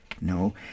No